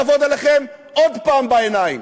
הולכים לעבוד עליכם עוד הפעם בעיניים.